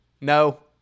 No